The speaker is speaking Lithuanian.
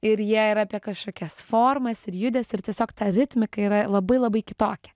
ir jie yra apie kažkokias formas ir judesį ir tiesiog tą ritmika yra labai labai kitokia